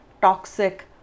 toxic